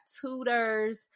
tutors